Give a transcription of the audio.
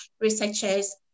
researchers